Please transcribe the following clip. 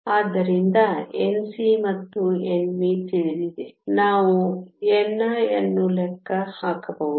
ಆದ್ದರಿಂದ Nc ಮತ್ತು Nv ತಿಳಿದಿದೆ ನಾವು ni ಅನ್ನು ಲೆಕ್ಕ ಹಾಕಬಹುದು